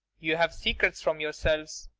you have secrets from yourselves.